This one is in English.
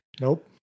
nope